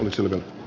isän